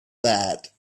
that